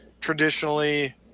traditionally